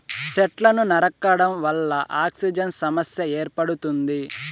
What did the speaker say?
సెట్లను నరకడం వల్ల ఆక్సిజన్ సమస్య ఏర్పడుతుంది